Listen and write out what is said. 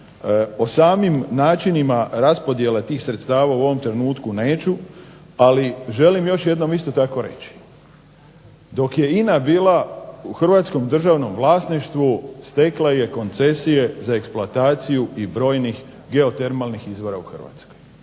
O samim načinima raspodjele tih sredstava u ovom trenutku neću, ali želim još jednom isto tako reći, dok je INA bila u hrvatskom državnom vlasništvu stekla je koncesije za eksploatacije i brojnih geotermalnih izvora u Hrvatskoj.